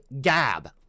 Gab